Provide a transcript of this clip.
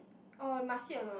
oh must sit alone